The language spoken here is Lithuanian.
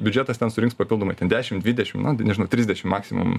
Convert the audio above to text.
biudžetas ten surinks papildomai ten dešim dvidešim nežinau trisdešim maksimum